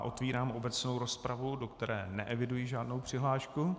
Otvírám obecnou rozpravu, do které neeviduji žádnou přihlášku.